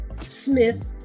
Smith